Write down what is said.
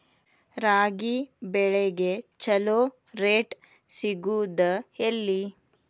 ರಾಗಿ ಬೆಳೆಗೆ ಛಲೋ ರೇಟ್ ಸಿಗುದ ಎಲ್ಲಿ?